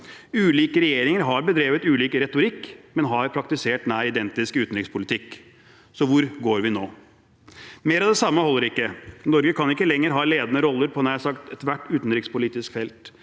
Ulike regjeringer har bedrevet ulik retorikk, men har praktisert nær identisk utenrikspolitikk. Så hvor går vi nå? Mer av det samme holder ikke. Norge kan ikke lenger ha ledende roller på nær sagt ethvert utenrikspolitisk felt.